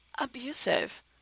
abusive